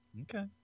Okay